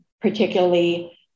particularly